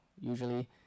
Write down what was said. usually